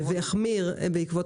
והחמיר בעקבות